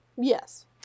Yes